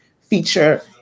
feature